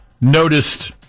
noticed